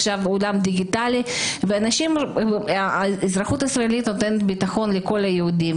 העולם דיגיטלי והאזרחות הישראלית נותנת ביטחון לכל היהודים,